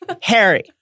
Harry